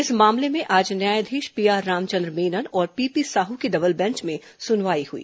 इस मामले में आज न्यायाधीश पीआर रामचंद्र मेनन और पीपी साहू की डबल बेंच में सुनवाई हुई